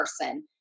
person